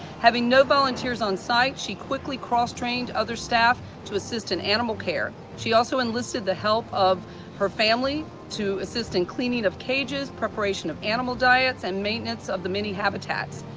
having no volunteers on site she quickly cross-trained other staff to assist in animal care, she also enlisted the help of her family to assist in cleaning of cages preparation of animal diets and maintenance of the many habitats,